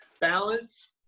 balance